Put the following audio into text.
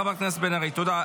חברת הכנסת בן ארי, תודה.